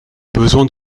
besoins